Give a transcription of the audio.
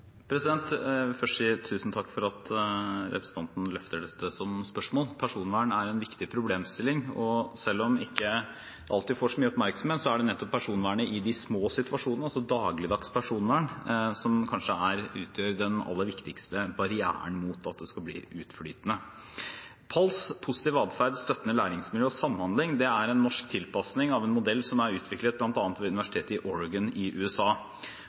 først si tusen takk for at representanten løfter dette spørsmålet. Personvern er en viktig problemstilling, og selv om det ikke alltid får så mye oppmerksomhet, er det nettopp personvernet i de små situasjonene, altså dagligdags personvern, som kanskje utgjør den aller viktigste barrieren mot at det skal bli utflytende. PALS, positiv atferd, støttende læringsmiljø og samhandling, er en norsk tilpasning av en modell som er utviklet bl.a. ved universitetet i Oregon i USA.